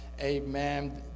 amen